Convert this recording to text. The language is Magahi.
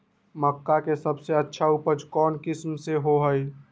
मक्का के सबसे अच्छा उपज कौन किस्म के होअ ह?